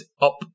up